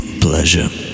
Pleasure